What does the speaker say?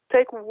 Take